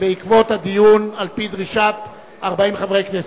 בעקבות הדיון על-פי דרישת 40 חברי כנסת.